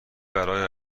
برای